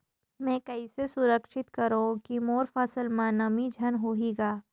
मैं कइसे सुरक्षित करो की मोर फसल म नमी झन होही ग?